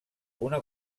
una